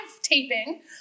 taping